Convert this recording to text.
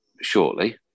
shortly